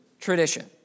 tradition